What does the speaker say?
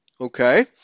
okay